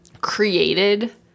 created